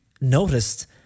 noticed